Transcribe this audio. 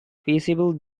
feasible